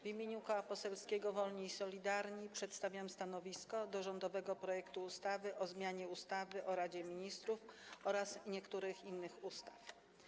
W imieniu Koła Poselskiego Wolni i Solidarni przedstawiam stanowisko wobec rządowego projektu ustawy o zmianie ustawy o Radzie Ministrów oraz niektórych innych ustaw.